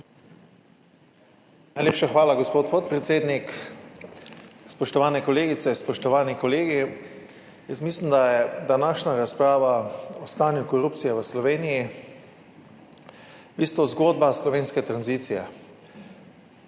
Najlepša hvala, gospod podpredsednik. Spoštovane kolegice, spoštovani kolegi! Jaz mislim, da je današnja razprava o stanju korupcije v Sloveniji v bistvu zgodba slovenske tranzicije.